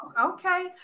Okay